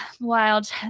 Wild